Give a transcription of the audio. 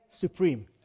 supreme